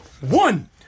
One